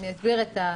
אני אסביר.